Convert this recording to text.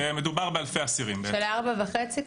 של 4.5 מ"ר.